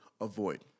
avoid